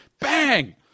Bang